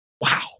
Wow